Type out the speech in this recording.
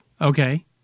Okay